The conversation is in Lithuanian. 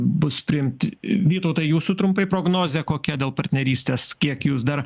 bus priimti vytautai jūsų trumpai prognozė kokia dėl partnerystės kiek jūs dar